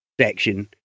section